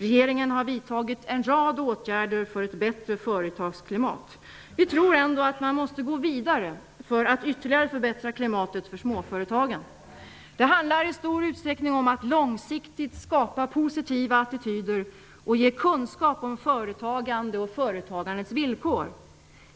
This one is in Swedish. Regeringen har vidtagit en rad åtgärder för ett bättre företagsklimat. Vi tror dock att man måste gå vidare för att ytterligare förbättra klimatet för småföretagen. Det handlar i stor utsträckning om att långsiktigt skapa positiva attityder och ge kunskap om företagande och företagandets villkor.